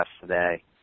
today